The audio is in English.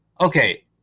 Okay